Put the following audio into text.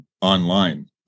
online